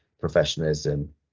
professionalism